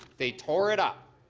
they tore it up,